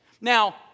Now